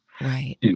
Right